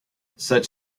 such